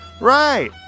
Right